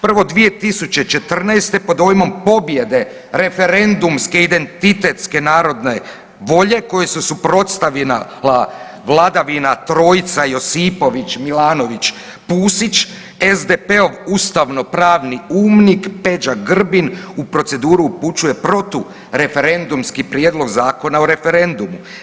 Prvo, 2014. pod dojmom pobjede referendumske identitetske narodne volje koji se suprotstavila vladavina trojca Josipović, Milanović, Pusić, SDP-ov ustavnopravni umnik Peđa Grbin u proceduru upućuje protureferendumski Prijedlog zakona o referendumu.